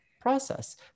process